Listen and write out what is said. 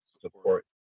support